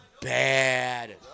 bad